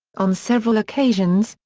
on several occasions,